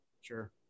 Sure